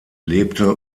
lebte